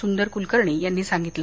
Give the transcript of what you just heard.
सुंदर कुलकर्णी यांनी सांगितलं